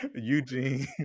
Eugene